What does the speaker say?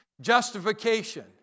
justification